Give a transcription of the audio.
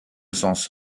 sens